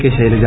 K Shailaja